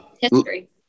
history